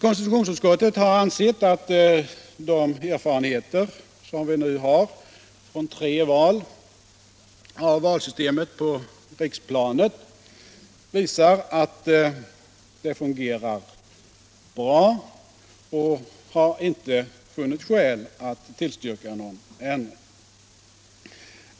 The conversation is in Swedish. Konstitutionsutskottet har ansett att de erfarenheter av valsystemet som vi nu har från tre val på riksplanet visar att det fungerar bra, och utskottet har därför inte funnit skäl att tillstyrka någon ändring.